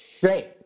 Great